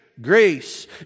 Grace